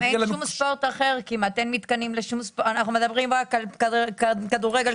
אנחנו מדברים רק על כדורגל,